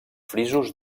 frisos